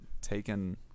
taken